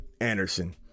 Anderson